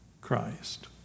Christ